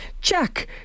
Check